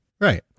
right